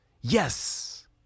Yes